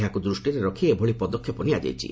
ଏହାକୁ ଦୃଷ୍ଟିରେ ରଖି ଏଭଳି ପଦକ୍ଷେପ ନିଆଯାଇଛି